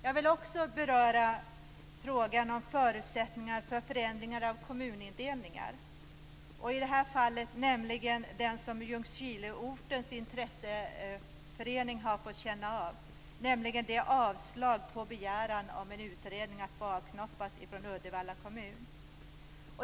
Jag vill också beröra frågan om förutsättningar för förändringar av kommunindelningar. I det här fallet gäller det detta som Ljungskileortens intresseförening har fått känna av, nämligen avslaget på en begäran om en utredning om att få avknoppas från Uddevalla kommun.